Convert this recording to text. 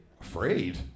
Afraid